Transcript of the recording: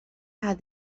had